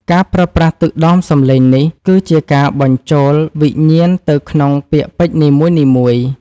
ការប្រើប្រាស់ទឹកដមសំឡេងនេះ គឺជាការបញ្ចូលវិញ្ញាណទៅក្នុងពាក្យពេចន៍នីមួយៗ។